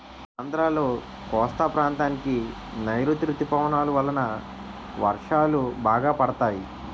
ఆంధ్రాలో కోస్తా ప్రాంతానికి నైరుతీ ఋతుపవనాలు వలన వర్షాలు బాగా పడతాయి